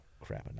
crap